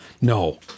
no